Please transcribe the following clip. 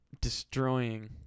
destroying